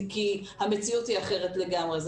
כי המציאות היא אחרת לגמרי.